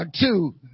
two